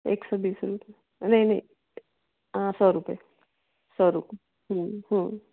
एक सौ बीस रुपये नहीं नहीं सौ रुपये सौ रुपये